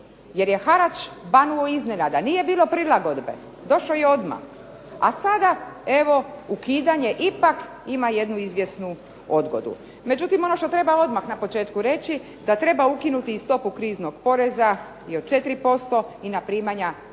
Jer je harač banuo iznenada, nije bilo prilagodbe. Došao je odmah, a sada evo ukidanje ipak ima jednu izvjesnu odgodu. Međutim, ono što treba odmah na početku reći da treba ukinuti i stopu kriznog poreza i od 4% i na primanja veća